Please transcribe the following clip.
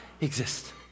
exist